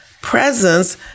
presence